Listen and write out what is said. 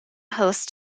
host